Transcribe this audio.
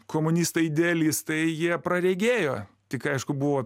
komunistai idealistai jie praregėjo tik aišku buvo